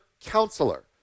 counselor